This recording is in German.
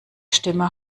stimme